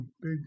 big